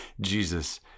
Jesus